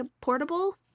portable